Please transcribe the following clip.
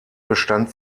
bestand